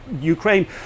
Ukraine